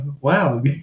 Wow